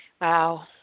wow